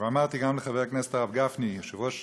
ואמרתי גם לחבר הכנסת הרב גפני, יושב-ראש